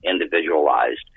individualized